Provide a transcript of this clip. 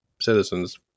citizens